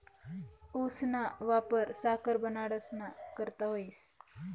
ऊसना वापर साखर बनाडाना करता व्हस